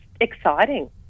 exciting